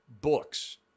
books